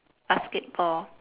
basketball